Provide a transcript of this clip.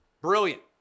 brilliant